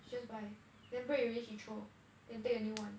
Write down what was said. she just buy then break already she throw then take a new one